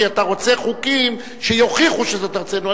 כי אתה רוצה חוקים שיוכיחו שזאת ארצנו.